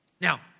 Now